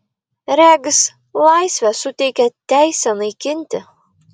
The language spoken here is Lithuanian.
regis laisvė suteikia teisę naikinti